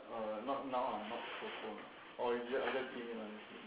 err not now ah not so soon or you just just give me now